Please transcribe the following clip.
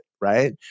Right